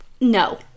no